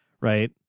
right